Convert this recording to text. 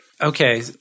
Okay